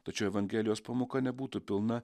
tačiau evangelijos pamoka nebūtų pilna